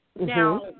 now